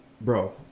bro